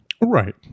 Right